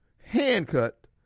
hand-cut